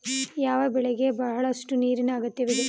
ಯಾವ ಬೆಳೆಗೆ ಬಹಳಷ್ಟು ನೀರಿನ ಅಗತ್ಯವಿದೆ?